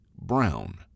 brown